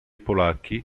polacchi